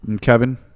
Kevin